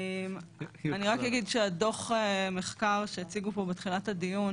אני רק אגיד שדוח המחקר שהציגו פה בתחילת הדיון